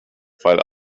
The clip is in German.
weil